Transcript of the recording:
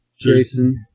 Jason